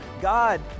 God